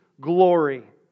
glory